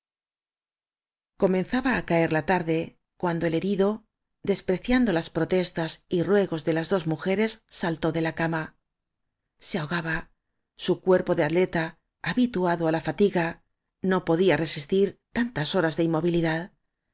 comenzaba á caer la tarde cuando el heri do despreciando las protestas y ruegos de las dos mujeres saltó de la cama se ahogaba su cuerpo de atleta habituado á la fatiga no podía resistir tantas horas de inmovilidad